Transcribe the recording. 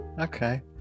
Okay